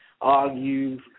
argue